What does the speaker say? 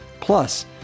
Plus